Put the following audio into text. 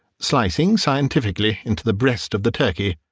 slicing scientifically into the breast of the turkey.